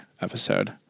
episode